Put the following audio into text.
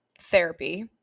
therapy